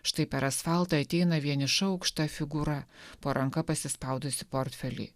štai per asfaltą ateina vieniša aukšta figūra po ranka pasispaudusi portfelį